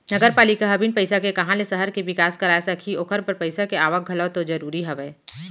नगरपालिका ह बिन पइसा के काँहा ले सहर के बिकास कराय सकही ओखर बर पइसा के आवक घलौ तो जरूरी हवय